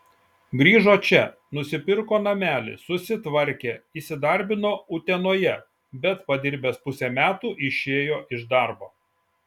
grįžo čia nusipirko namelį susitvarkė įsidarbino utenoje bet padirbęs pusę metų išėjo iš darbo